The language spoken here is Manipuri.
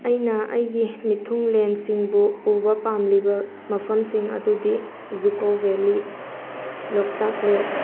ꯑꯩꯅ ꯑꯩꯒꯤ ꯃꯤꯊꯨꯡꯂꯦꯟꯁꯤꯡꯕꯨ ꯄꯨꯕ ꯄꯥꯝꯂꯤꯕ ꯃꯐꯝꯁꯤꯡ ꯑꯗꯨꯗꯤ ꯖꯨꯀꯣ ꯕꯦꯂꯤ ꯂꯣꯛꯇꯥꯛ ꯂꯦꯛ